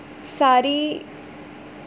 સારી